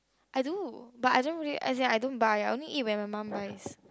I don't do but I really as in I don't buy only eat when my mum buys